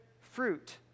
fruit